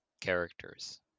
characters